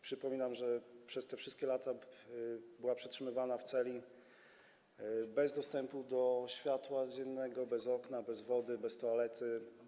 Przypominam, że przez te wszystkie lata była przetrzymywana w celi bez dostępu do światła dziennego, bez okna, bez wody, bez toalety.